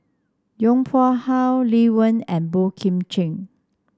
Yong Pung How Lee Wen and Boey Kim Cheng